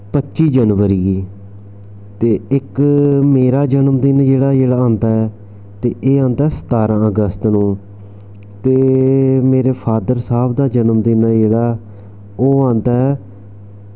पच्ची जनवरी गी ते इक मेरा जनमदिन जेह्ड़ा जेह्ड़ा आंदा ते एह् आंदा सतारां अगस्त नू ते मेरे फादर साह्ब दा जनमदिन ऐ जेह्ड़ा ओह् आंदा ऐ